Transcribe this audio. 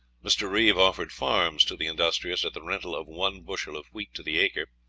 mr. reeve offered farms to the industrious at the rental of one bushel of wheat to the acre.